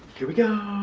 here we go.